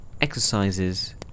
exercises